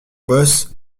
boss